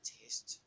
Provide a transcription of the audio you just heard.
test